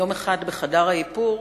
יום אחד בחדר האיפור